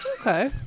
Okay